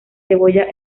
cebolla